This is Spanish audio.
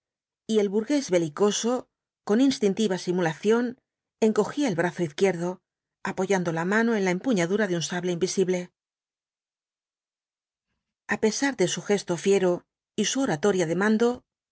y el burgués belicoso con instintiva simulación encogía el brazo izquierdo apoyando la mano en la empuñadura de un sable invisible a pesar de su gesto fiero y su oratoria de mando